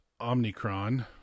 Omicron